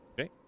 Okay